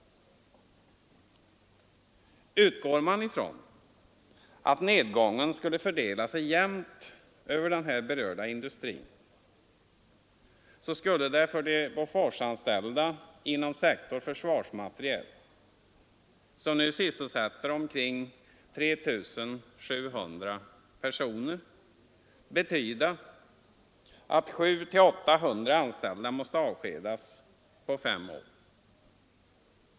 Utgår man ifrån att denna nedgång skulle fördela sig jämnt över den här berörda industrin, skulle det betyda att 700-800 Boforsanställda inom sektorn försvarsmateriel — som nu sysselsätter omkring 3 700 personer — måste avskedas på fem år.